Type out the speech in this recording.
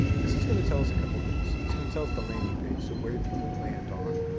this is gonna tell us a couple things. it's gonna tell us the landing page, so where do people land on,